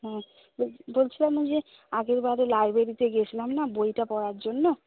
হুম বলছিলাম যে আগের বারে লাইব্রেরিতে গিয়েছিলাম না বইটা পড়ার জন্য